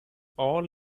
all